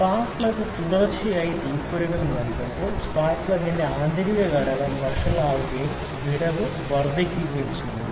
spark plug തുടർച്ചയായി തീപ്പൊരികൾ നൽകുമ്പോൾ സ്പാർക്ക് പ്ലഗിന്റെ ആന്തരിക ഘടകം വഷളാകുകയും വിടവ് വർദ്ധിക്കുകയും ചെയ്യുന്നു